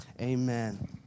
amen